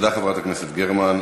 תודה, חברת הכנסת גרמן.